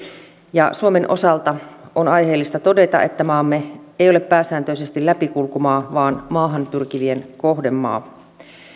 ja suomen osalta on aiheellista todeta että maamme ei ole pääsääntöisesti läpikulkumaa vaan maahan pyrkivien kohdemaa